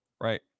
Right